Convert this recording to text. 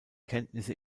kenntnisse